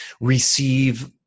receive